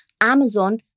Amazon